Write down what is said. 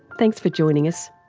thanks for joining us,